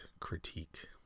critique